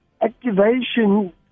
activation